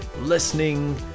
listening